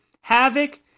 Havoc